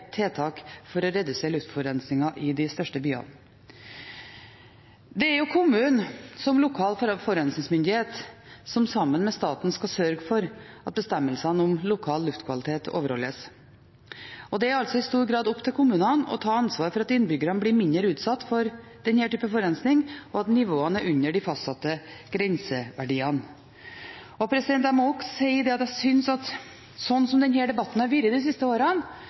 kommunen som lokal forurensningsmyndighet som sammen med staten skal sørge for at bestemmelsene om lokal luftkvalitet overholdes. Det er altså i stor grad opp til kommunene å ta ansvar for at innbyggerne blir mindre utsatt for denne typen forurensning, og at nivåene er under de fastsatte grenseverdiene. Jeg må si at slik som denne debatten har vært de siste årene,